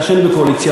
בגלל שאני בקואליציה.